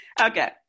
Okay